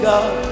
God